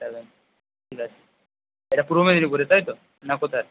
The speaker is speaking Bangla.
সেভেন ঠিক আছে এটা পূর্ব মেদিনীপুরে তাই তো না কোথায়